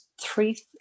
three